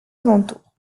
alentours